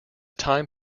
time